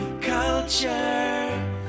Culture